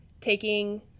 taking